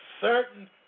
certain